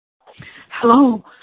Hello